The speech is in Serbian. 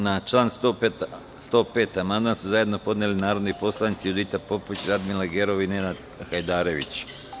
Na član 105. amandman su zajedno podneli narodni poslanici Judita Popović, Radmila Gerov i Kenan Hajdarević.